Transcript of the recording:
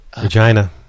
Vagina